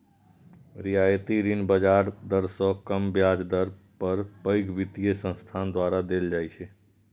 रियायती ऋण बाजार दर सं कम ब्याज दर पर पैघ वित्तीय संस्थान द्वारा देल जाइ छै